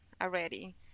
already